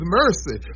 mercy